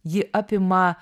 ji apima